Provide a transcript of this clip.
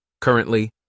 Currently